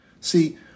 See